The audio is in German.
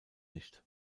nicht